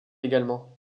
également